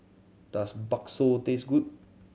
does Bakso taste good